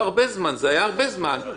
יש האפשרות הזאת, 3, וגם היועץ, יש ה-5.